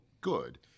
good